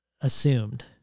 assumed